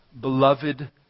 beloved